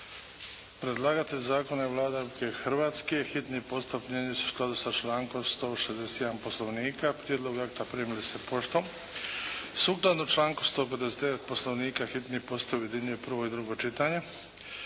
Predlagatelj zakona je Vlada Republike Hrvatske. Hitni postupak primjenjuje se u skladu sa člankom 161. Poslovnika. Prijedlog akta primili ste poštom. Sukladno članku 159. Poslovnika, hitni postupak objedinjuje prvo i drugo čitanje.